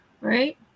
right